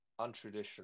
untraditional